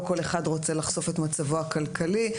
לא כל אחד רוצה לחשוף את מצבו הכלכלי.